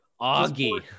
Augie